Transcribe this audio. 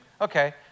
Okay